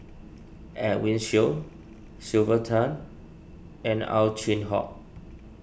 Edwin Siew Sylvia Tan and Ow Chin Hock